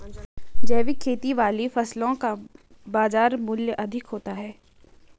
जैविक खेती वाली फसलों का बाजार मूल्य अधिक होता है